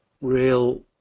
real